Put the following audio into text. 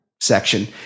section